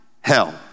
hell